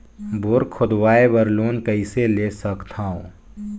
Bore खोदवाय बर loan कइसे ले सकथव?